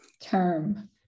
term